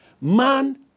man